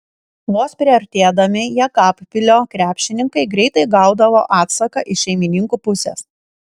vos priartėdami jekabpilio krepšininkai greitai gaudavo atsaką iš šeimininkų pusės